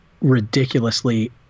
ridiculously